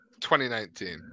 2019